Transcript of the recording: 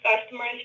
customers